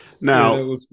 now